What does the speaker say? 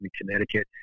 Connecticut